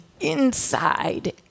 inside